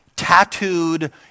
tattooed